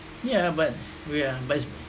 yeah but we are but it's